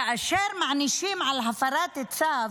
כאשר מענישים על הפרת צו,